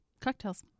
cocktails